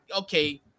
okay